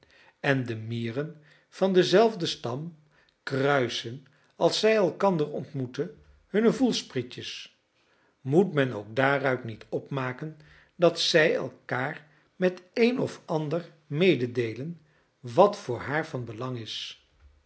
en de mieren van denzelfden stam kruisen als zij elkander ontmoeten hunne voelsprietjes moet men ook daaruit niet opmaken dat zij elkaar het een of ander mededeelen wat voor haar van belang is